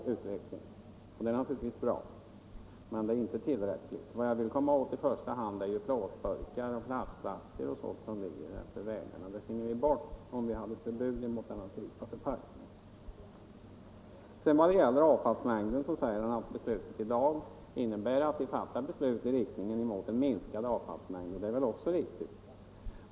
Det är naturligtvis bra, men det är inte tillräckligt. Vad jag i första hand vill komma åt är plåtburkar och plastflaskor som ligger efter vägarna. Dem finge vi bort om vi hade ett förbud mot den typen av förpackningar. Herr Pettersson sade att beslutet i dag innebär ett steg i riktning mot en minskad avfallsmängd. Det är väl också riktigt.